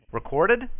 Recorded